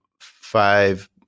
five